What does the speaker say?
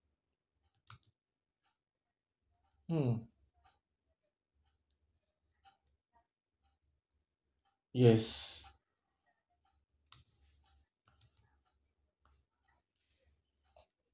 mm yes